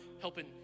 helping